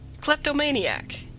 Kleptomaniac